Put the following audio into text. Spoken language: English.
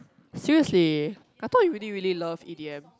seriously I thought you really really love E_D_M